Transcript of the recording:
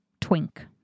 twink